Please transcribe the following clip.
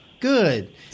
Good